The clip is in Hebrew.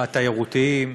התיירותיים,